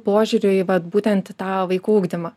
požiūriu į vat būtent tą vaikų ugdymą